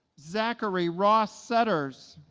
zachary ross setters